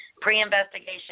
Pre-investigation